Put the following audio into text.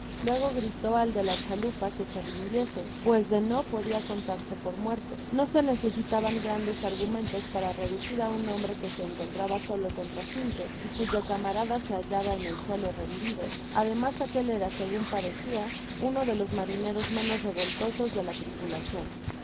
luego gritó al de la chalupa que sa rindiese pues de no podia contarse por muerto no se necesitaban grandes ar content from google book search generated at gumentos para reducir á un hombre que se encontraba solo coutra cineo y cuyo camarada se hallaba en el suelo rendido ademas aquel era segun parecía uno de los marineros meaos revoltosos de la tripulacion